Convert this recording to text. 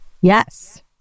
Yes